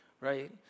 right